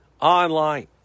Online